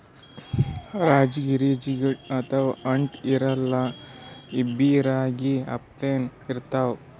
ರಾಜಗಿರಿ ಕಾಳ್ ಜಿಗಟ್ ಅಥವಾ ಅಂಟ್ ಇರಲ್ಲಾ ಇವ್ಬಿ ರಾಗಿ ಅಪ್ಲೆನೇ ಇರ್ತವ್